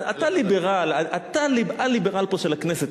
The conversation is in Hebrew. אתה ליברל, אתה פה הליברל של הכנסת.